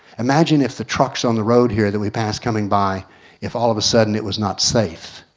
imagine if the trucks on the road here that we passed coming by if all of a sudden it was not safe.